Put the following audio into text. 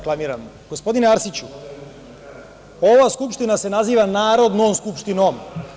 Gospodine Arsiću ova Skupština se naziva Narodnom skupštinom.